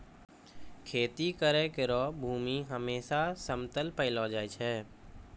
खेती करै केरो भूमि हमेसा समतल पैलो जाय छै